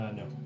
no